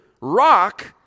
Rock